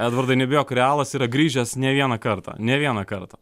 edvardai nebijok realas yra grįžęs ne vieną kartą ne vieną kartą